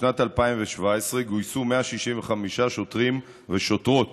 בשנת 2017 גויסו 165 שוטרים ושוטרות